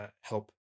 help